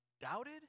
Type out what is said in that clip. Doubted